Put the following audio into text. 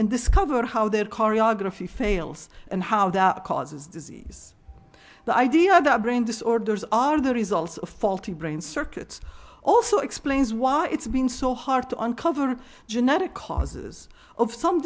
and discover how their choreography fails and how that causes disease the idea that brain disorders are the result of faulty brain circuits also explains why it's been so hard to uncovers genetic causes of some